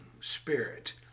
spirit